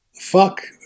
fuck